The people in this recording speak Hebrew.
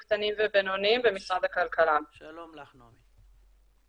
שלום לך, נעמי.